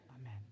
amen